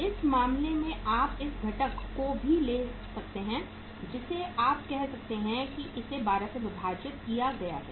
इस मामले में आप इस घटक को भी ले सकते हैं जैसे कि आप कह सकते हैं कि इसे 12 से विभाजित किया गया है